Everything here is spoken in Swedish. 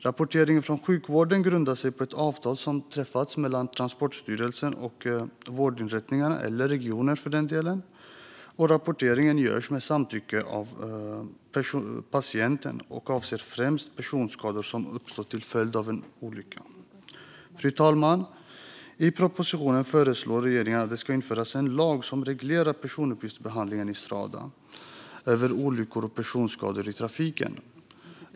Rapporteringen från sjukvården grundar sig på ett avtal som träffats mellan Transportstyrelsen och vårdinrättningar eller regioner, och den sker med samtycke från patienten och avser främst uppgifter om personskador som uppstått till följd av en olycka. Fru talman! I propositionen föreslår regeringen att det ska införas en lag som reglerar personuppgiftsbehandlingen i Strada om olyckor och personskador i trafiken.